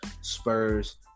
Spurs